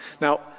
Now